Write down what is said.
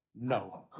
No